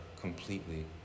completely